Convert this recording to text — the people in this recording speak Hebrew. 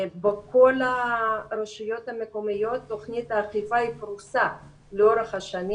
בכל הרשויות המקומיות תוכנית האכיפה היא פרוסה לאורך השנים.